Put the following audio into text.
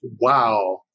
Wow